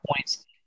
points